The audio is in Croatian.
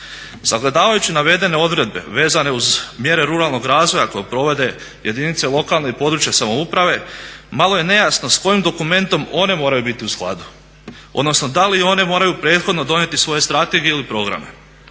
Sagledavajući navedene odredbe vezane uz mjere ruralnog razvoja koje provode jedinice lokalne i područne samouprave malo je nejasno s kojim dokumentom one moraju biti u skladu, odnosno da li one moraju prethodno donijeti svoje strategije ili programe.